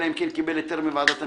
אלא אם כן קיבל היתר מוועדת המכסות."